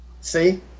See